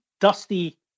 Dusty